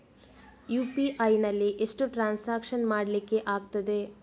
UPI ನಲ್ಲಿ ಎಷ್ಟು transaction ಮಾಡ್ಲಿಕ್ಕೆ ಆಗ್ತದೆ?